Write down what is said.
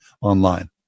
online